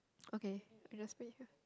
okay I just put it here